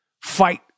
fight